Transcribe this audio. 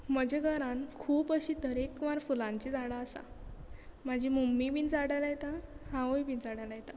म्हज्या घरान खूब अशी तरेकवार फुलांची झाडां आसात म्हजी मम्मी बीन झाडां लायता हांवूय बी झाडां लायता